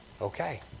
Okay